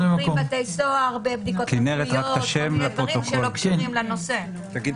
אני מבקש שתבדקו את זה.